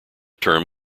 term